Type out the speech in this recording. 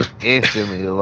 instantly